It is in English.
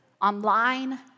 online